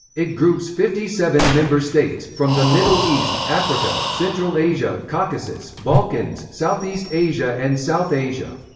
it groups fifty seven member states, from the middle east, africa, central asia, caucasus, balkans, southeast asia and south asia.